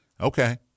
Okay